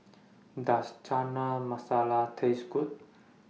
Does Chana Masala Taste Good